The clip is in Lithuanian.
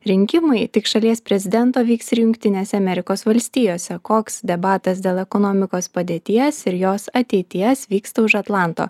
rinkimai tik šalies prezidento vyks ir jungtinėse amerikos valstijose koks debatas dėl ekonomikos padėties ir jos ateities vyksta už atlanto